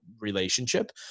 relationship